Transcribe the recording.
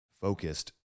focused